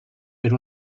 per